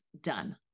done